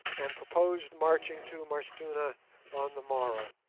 and proposed marching to m'arstuna on the morrow.